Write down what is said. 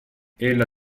ella